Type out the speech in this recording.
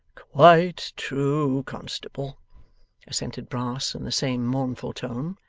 quite true, constable assented brass in the same mournful tone.